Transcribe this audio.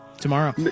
tomorrow